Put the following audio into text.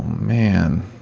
man